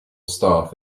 staff